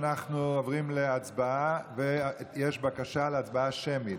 אנחנו עוברים להצבעה, ויש בקשה להצבעה שמית,